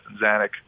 zanuck